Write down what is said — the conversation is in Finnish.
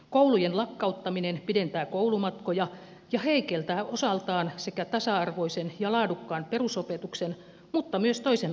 koulujen lakkauttaminen pidentää koulumatkoja ja heikentää osaltaan sekä tasa arvoista ja laadukasta perusopetusta että myös toisen asteen koulutusta